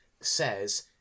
says